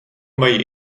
mají